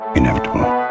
Inevitable